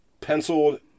penciled